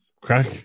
crack